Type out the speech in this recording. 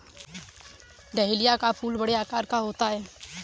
dahlia का फूल बड़े आकार का होता है